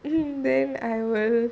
then I will